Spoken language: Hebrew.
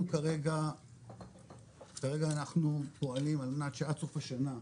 אנחנו כרגע פועלים על מנת שעד סוף השנה,